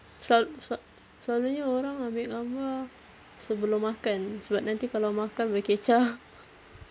sela~ sela~ selalunya orang ambil gambar sebelum makan sebab nanti kalau makan berkecah